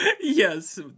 Yes